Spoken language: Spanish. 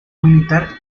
militar